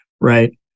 right